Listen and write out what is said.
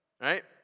right